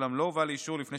אולם לא הובא לאישור לפני